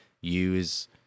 use